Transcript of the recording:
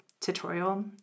Tutorial